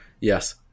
yes